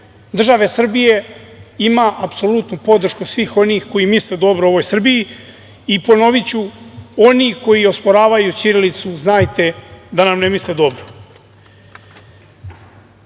države Srbije ima apsolutnu podršku svih onih koji misle dobro u ovoj Srbiji. Ponoviću, oni koji osporavaju ćirilicu, znajte da nam ne misle dobro. Svi